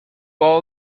all